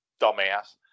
dumbass